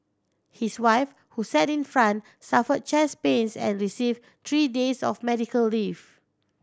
his wife who sat in front suffered chest pains and received three days of medical leave